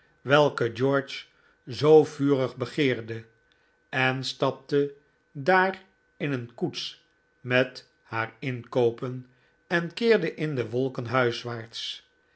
welke george zoo vurig begeerde en stapte daar in een koets met taarinkoopen en keerde in de wolken huiswaarts